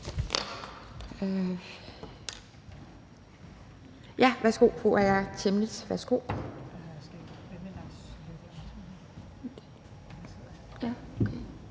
Rod, værsgo.